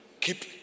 keep